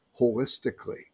holistically